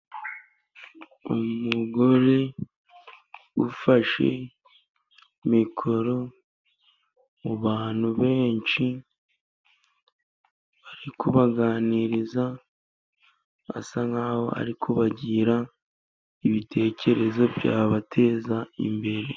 Umugore ufashe mikoro mu bantu benshi, ari kubaganiriza asa nkaho ari kubagira ibitekerezo byabateza imbere.